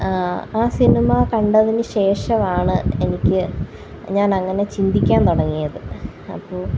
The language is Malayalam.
ആ സിനിമ കണ്ടതിന് ശേഷമാണ് എനിക്ക് ഞാന് അങ്ങനെ ചിന്തിക്കാന് തുടങ്ങിയത് അപ്പോൾ